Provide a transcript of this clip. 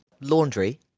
laundry